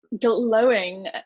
Glowing